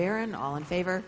aaron all in favor